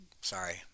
sorry